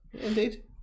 indeed